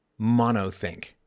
monothink